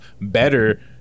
better